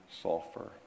sulfur